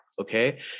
okay